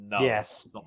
yes